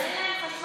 אבל אין להם חשמל